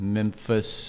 Memphis